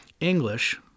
english